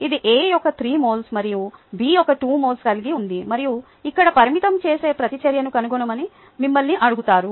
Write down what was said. ఇది A యొక్క 3 moles మరియు B యొక్క 2 మోల్స్ కలిగి ఉంది మరియు ఇక్కడ పరిమితం చేసే ప్రతిచర్యను కనుగొనమని మిమ్మల్ని అడుగుతారు